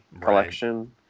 collection